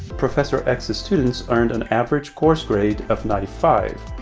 prof. so ecks's students earned an average course grade of ninety five.